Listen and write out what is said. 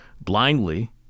blindly